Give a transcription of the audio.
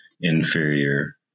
Inferior